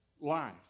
life